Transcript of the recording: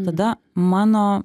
tada mano